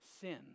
sin